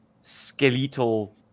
skeletal